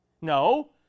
no